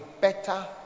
better